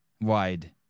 Wide